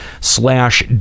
slash